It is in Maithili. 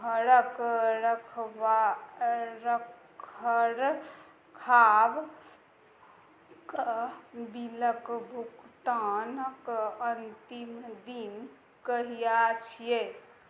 घरके रखरखावके बिलक भुगतानके अन्तिम दिन कहिया छियै